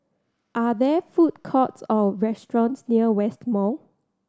are there food courts or restaurants near West Mall